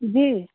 जी